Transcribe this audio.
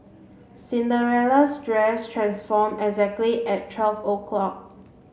Cinderella's dress transformed exactly at twelve o'clock